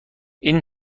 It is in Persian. این